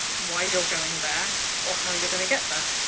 why you're going there or how you're gonna get there.